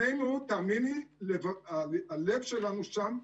שנינו, תאמיני לי, הלב שלנו שם.